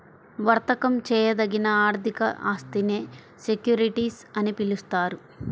వర్తకం చేయదగిన ఆర్థిక ఆస్తినే సెక్యూరిటీస్ అని పిలుస్తారు